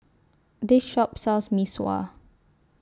This Shop sells Mee Sua